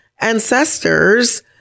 ancestors